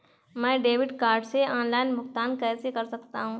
मैं debit card से online भुगतान कैसे कर सकता हूँ?